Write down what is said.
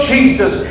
Jesus